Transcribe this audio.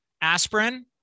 aspirin